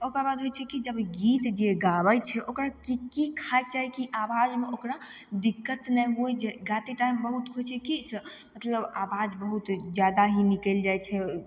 ओकरबाद होइ छै कि जब गीत जे गाबय छै ओकर की की खायके चाही कि आवाजमे ओकरा दिक्कत नहि होइ जे गाते टाइम बहुतके होइ छै की से मतलब आवाज बहुत जादा ही निकलि जाइ छै